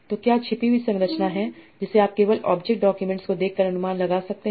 तो क्या छिपी हुई संरचना है जिसे आप केवल ऑब्जेक्ट डॉक्यूमेंट्स को देखकर अनुमान लगा सकते हैं